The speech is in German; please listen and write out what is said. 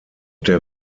der